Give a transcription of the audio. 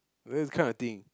you know this kind of thing